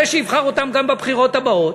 זה שיבחר אותם גם בבחירות הבאות,